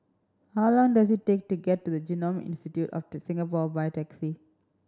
how long does it take to get to Genome Institute of Singapore by taxi